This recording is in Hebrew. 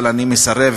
אבל אני מסרב